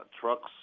trucks